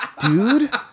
dude